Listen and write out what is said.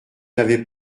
n’avait